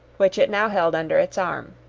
which it now held under its arm.